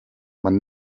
man